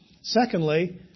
Secondly